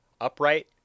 upright